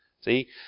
See